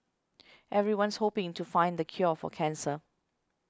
everyone's hoping to find the cure for cancer